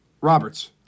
Roberts